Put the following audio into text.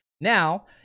Now